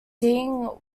seeing